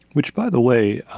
which, by the way,